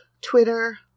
Twitter